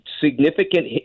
significant